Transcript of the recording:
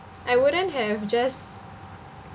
I wouldn't have just